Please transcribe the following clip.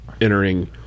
entering